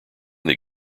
that